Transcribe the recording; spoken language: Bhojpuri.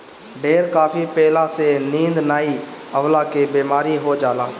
ढेर काफी पियला से नींद नाइ अवला के बेमारी हो जाला